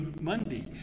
Monday